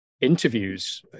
interviews